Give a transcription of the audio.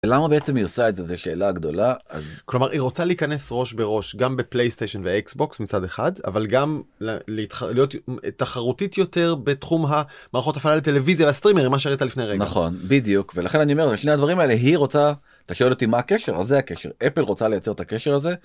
למה בעצם היא עושה את זה, זה שאלה גדולה אז... -כלומר היא רוצה להיכנס ראש בראש, גם בפלייסטיישן והאקסבוקס מצד אחד, אבל גם להיות תחרותית יותר בתחום המערכות הפעלה לטלוויזיה לסטרימרים, מה שהראת לפני רגע -נכון, בדיוק. ולכן אני אומר, את שני הדברים האלה היא רוצה, אתה שואל אותי מה הקשר? אז זה הקשר, אפל רוצה לייצר את הקשר הזה